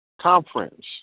Conference